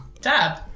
dab